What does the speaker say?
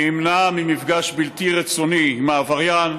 וימנע מפגש בלתי רצוני עם העבריין,